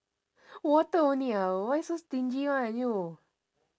water only ah why so stingy [one] you